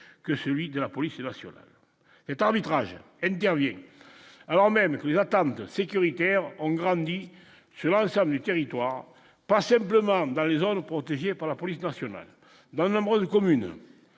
que celui de la police nationale est arbitrages intervient alors même cru attendent sécuritaire ont grandi sur l'ensemble du territoire, pas simplement dans les zones protégées par la police nationale dans nombre de communes